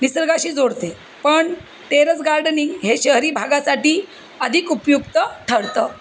निसर्गाशी जोडते पण टेरस गार्डनिंग हे शहरी भागासाठी अधिक उपयुक्त ठरतं